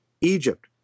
Egypt